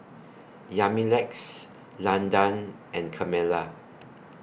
Yamilex Landan and Carmella